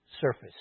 surface